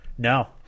No